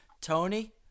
Tony